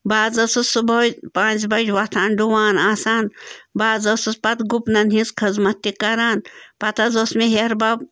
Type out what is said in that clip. بہٕ حظ ٲسٕس صُبحٲے پانٛژِ بَجہِ وۄتھان ڈُوان آسان بہٕ حظ ٲسٕس پَتہٕ گُپنَن ہِنٛز خٔذمَت تہِ کَران پَتہٕ حظ اوس مےٚ ہیٚہَر بَب